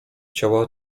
ciała